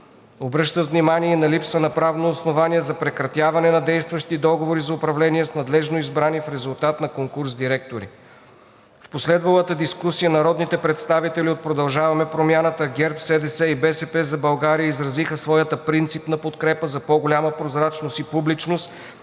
Обръщат внимание и на липсата на правно основание за прекратяването на действащи договори за управление с надлежно избрани в резултат на конкурс директори. В последвалата дискусия народните представители от „Продължаваме промяната“, ГЕРБ-СДС и „БСП за България“ изразиха своята принципна подкрепа за по-голяма прозрачност и публичност